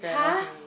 !huh!